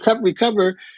recover